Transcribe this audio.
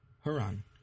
Haran